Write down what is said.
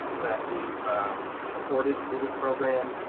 that we've supported through this program,